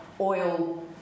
oil